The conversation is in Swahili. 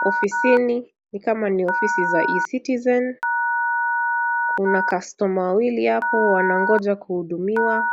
Ofisini, ni kama ni ofisi za E-citizen, kuna customer wawili hapo wanangoja kuhudumiwa